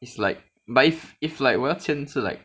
it's like but if if like 我要签字 like